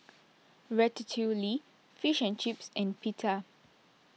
Ratatouille Fish and Chips and Pita